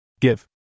Give